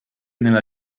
nella